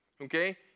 Okay